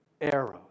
arrows